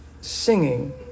singing